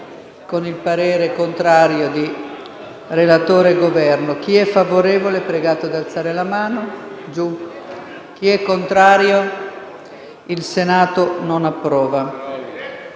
**Il Senato non approva**.